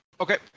Okay